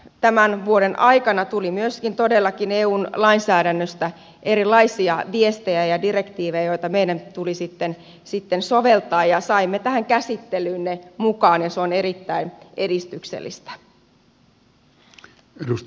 tämän vuoden aikana tuli myöskin todellakin eun lainsäädännöstä erilaisia viestejä ja direktiivejä joita meidän tuli sitten soveltaa ja saimme tähän käsittelyyn ne mukaan ja se on erittäin edistyksellistä